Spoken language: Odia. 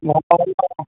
ଯାହା ଖାଇବ